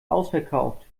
ausverkauft